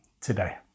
today